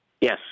Yes